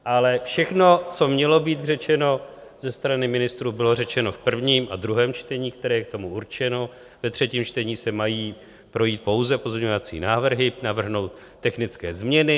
Ale všechno, co mělo být řečeno ze strany ministrů, bylo řečeno v prvním a druhém čtení, které je k tomu určeno, ve třetím čtení se mají projít pouze pozměňovací návrhy, navrhnout technické změny.